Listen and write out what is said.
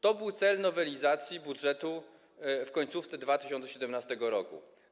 To był cel nowelizacji budżetu w końcówce 2017 r.